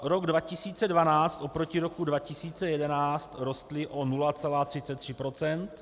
Rok 2012 oproti roku 2011 rostly o 0,33 %.